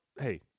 hey